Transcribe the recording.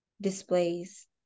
displays